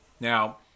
Now